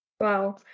Wow